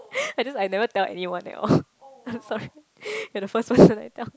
I just I never tell anyone at all oh sorry you're the first person I tell